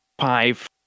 five